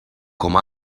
com